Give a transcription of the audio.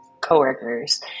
coworkers